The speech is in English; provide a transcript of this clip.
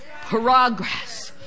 progress